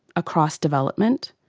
across development,